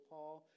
Paul